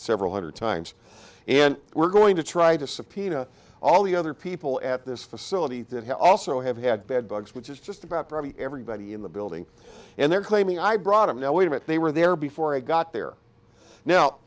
several hundred times and were going to try to subpoena all the other people at this facility that had also have had bedbugs which is just about everybody in the building and they're claiming i brought them now wait a minute they were there before i got there now